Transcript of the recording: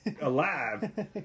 alive